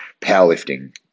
powerlifting